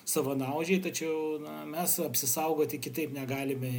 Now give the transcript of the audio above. savanaudžiai tačiau na mes apsisaugoti kitaip negalime